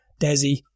Desi